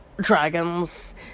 dragons